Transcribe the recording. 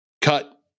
cut